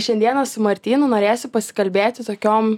šiandieną su martynu norėsiu pasikalbėti tokiom